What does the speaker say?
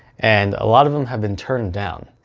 and a lot of them have been turned down.